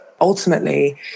Ultimately